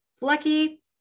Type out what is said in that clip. lucky